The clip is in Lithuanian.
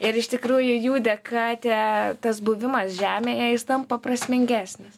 ir iš tikrųjų jų dėka tie tas buvimas žemėje jis tampa prasmingesnis